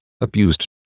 abused